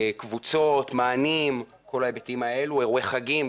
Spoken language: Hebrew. קבוצות, מענים, אירועי חגים.